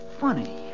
Funny